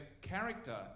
character